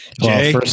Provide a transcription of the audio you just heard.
Jay